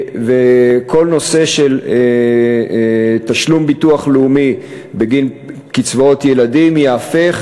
וכל הנושא של תשלום הביטוח הלאומי בקצבאות ילדים יהפוך